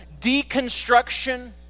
deconstruction